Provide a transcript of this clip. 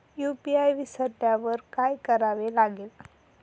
UPI विसरल्यावर काय करावे लागेल?